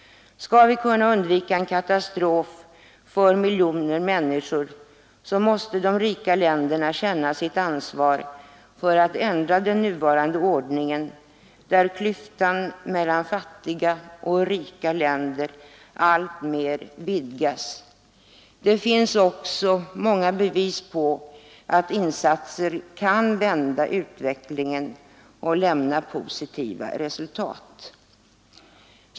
Skall vi kunna undvika en katastrof för miljoner människor måste de rika länderna känna sitt ansvar för att ändra den nuvarande ordningen, där klyftan mellan fattiga och rika länder alltmer vidgas. Det finns många bevis för att insatser kan vända utvecklingen och ge positiva resultat.